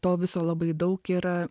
to viso labai daug yra